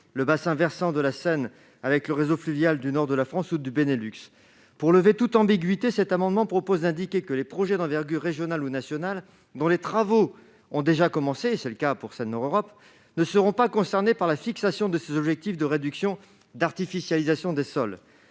le bassin versant de la Seine avec le réseau fluvial du nord de la France et du Benelux. Pour lever toute ambiguïté, cet amendement tend à indiquer que les projets d'envergure régionale ou nationale dont les travaux ont déjà commencé, ce qui est le cas du canal Seine-Nord Europe, seront décomptés de l'objectif de réduction de l'artificialisation des sols.